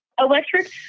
electric